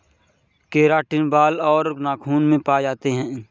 keratin बाल और नाखून में पाए जाते हैं